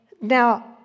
now